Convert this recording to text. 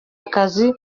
akazi